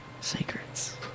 Secrets